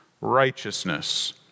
righteousness